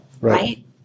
right